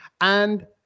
And-